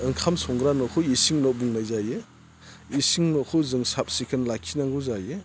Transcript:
ओंखाम संग्रा न'खौ इसिं न' बुंनाय जायो इसिं न'खौ जों साब सिखोन लाखि नांगौ जायो